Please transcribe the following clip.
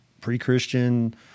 pre-Christian